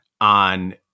on